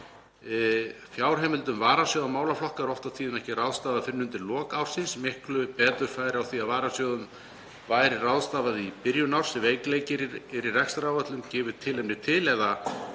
fjárheimildum varasjóða málaflokka oft og tíðum ekki ráðstafað fyrr en undir lok ársins. Miklu betur færi á því að varasjóðum væri ráðstafað í byrjun árs ef veikleiki í rekstraráætlun gefur tilefni til